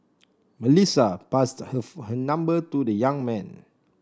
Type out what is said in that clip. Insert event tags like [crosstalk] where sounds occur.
Melissa passed [unintelligible] her number to the young man